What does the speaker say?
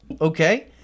okay